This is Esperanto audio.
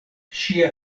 ŝia